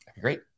Great